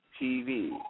TV